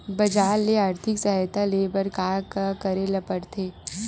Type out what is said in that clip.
बजार ले आर्थिक सहायता ले बर का का करे ल पड़थे?